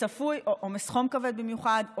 צפוי עומס חום כבד במיוחד,